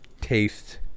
taste